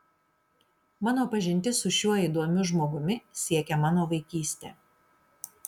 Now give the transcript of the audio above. mano pažintis su šiuo įdomiu žmogumi siekia mano vaikystę